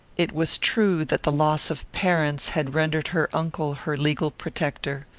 it was true that the loss of parents had rendered her uncle her legal protector.